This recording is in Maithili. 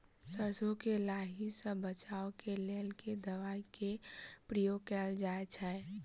सैरसो केँ लाही सऽ बचाब केँ लेल केँ दवाई केँ प्रयोग कैल जाएँ छैय?